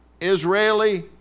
Israeli